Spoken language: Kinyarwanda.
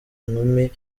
inkumi